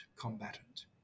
combatant